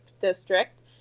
district